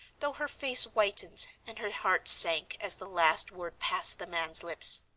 though her face whitened and her heart sank as the last word passed the man's lips.